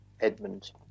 Edmund